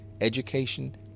education